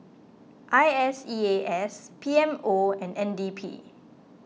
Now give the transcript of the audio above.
I S E A S P M O and N D P